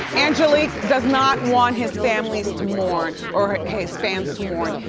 angelique does not want his families to mourn, or his fans to mourn,